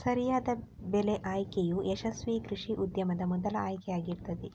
ಸರಿಯಾದ ಬೆಳೆ ಆಯ್ಕೆಯು ಯಶಸ್ವೀ ಕೃಷಿ ಉದ್ಯಮದ ಮೊದಲ ಆಯ್ಕೆ ಆಗಿರ್ತದೆ